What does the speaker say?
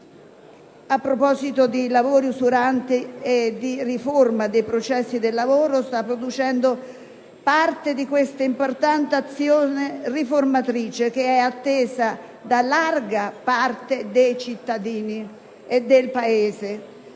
a proposito di lavori usuranti e di riforma del processo del lavoro, sta producendo parte di questa importante azione riformatrice che è attesa da larga parte dei cittadini e del Paese.